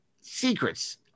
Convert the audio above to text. secrets